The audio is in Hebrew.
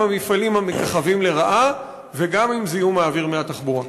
המפעלים המככבים לרעה וגם עם זיהום האוויר מהתחבורה?